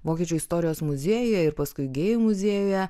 vokiečių istorijos muziejuje ir paskui gėjų muziejuje